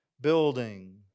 building